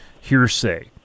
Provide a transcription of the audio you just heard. hearsay